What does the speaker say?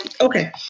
Okay